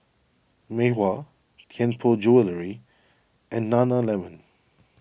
Mei Hua Tianpo Jewellery and Nana Lemon